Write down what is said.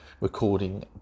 recording